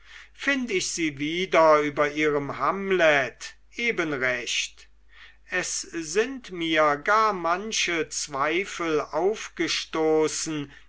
find ich sie wieder über ihrem hamlet eben recht es sind mir gar manche zweifel aufgestoßen